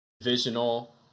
divisional